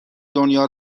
دنیا